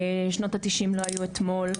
שנות ה-90 לא היו אתמול.